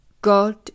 God